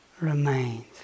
remains